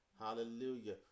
Hallelujah